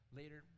later